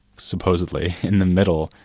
supposedly, in the middle,